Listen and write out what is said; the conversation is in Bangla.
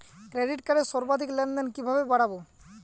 ক্রেডিট কার্ডের সর্বাধিক লেনদেন কিভাবে বাড়াবো?